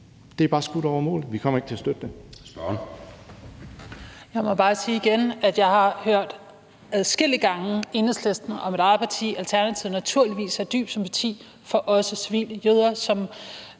er bare skudt over mål. Vi kommer ikke til at støtte det.